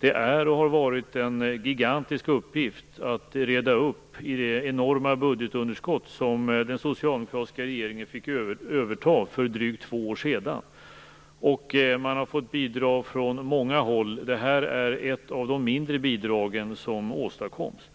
Det är och har varit en gigantisk uppgift att reda upp i det enorma budgetunderskott som den socialdemokratiska regeringen fick överta för drygt två år sedan. Man har fått bidra från många håll. Det här är ett av de mindre bidragen som åstadkoms.